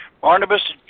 Barnabas